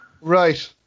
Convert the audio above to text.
Right